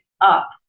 up